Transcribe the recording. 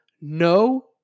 No